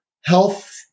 health